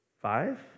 five